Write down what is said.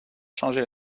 changer